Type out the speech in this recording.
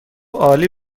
عالی